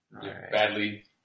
badly